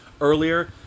earlier